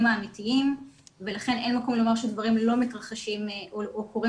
האמיתיים ולכן אין מקום לומר שהדברים לא מתרחשים או קורים